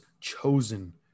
chosen